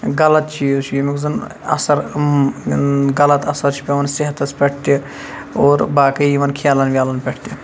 غَلَط چیٖز چھُ یمیُک زَن اَثَر غَلَط اَثَر چھُ پیٚوان صحتَس پٮ۪ٹھ تہِ اور باقٕے یِمَن کھیلَن ویلَن پٮ۪ٹھ تہِ